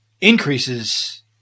increases